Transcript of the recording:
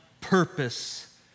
purpose